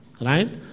Right